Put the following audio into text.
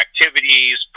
activities